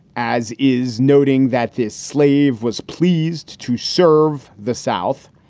as is noting that this slave was pleased to serve the south.